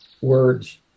words